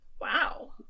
Wow